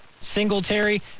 Singletary